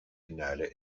finale